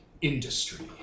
industry